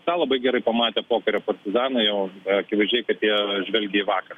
tą labai gerai pamatė pokario partizanai o akivaizdžiai kad jie žvelgė į vakar